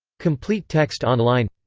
complete text online